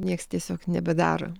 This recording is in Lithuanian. nieks tiesiog nebedaro